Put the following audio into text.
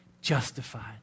justified